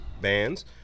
bands